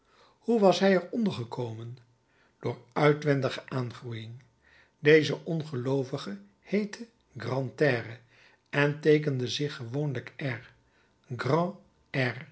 hoe was hij er onder gekomen door uitwendige aangroeiing deze ongeloovige heette grantaire en teekende zich gewoonlijk r